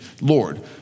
Lord